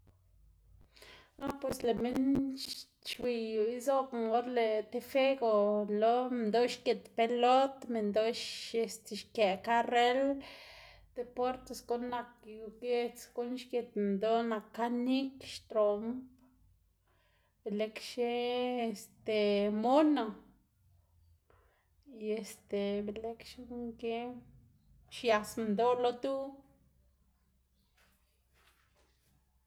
Ah pues lëꞌ minn xwiy izobna or lëꞌ tib juego lo minndoꞌ xgit pelot, minndoꞌ este xkë karël deportes guꞌn nak yu giedz, guꞌn xgit minndoꞌ nak kanik, xtromb, belëkxe este mono y este belëkxe guꞌn ki xiaꞌs minndoꞌ lo duꞌ